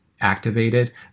activated